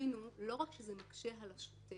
שמבחינתנו לא רק שזה מקשה על השוטר,